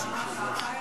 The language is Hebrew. הצעה לא שגרתית.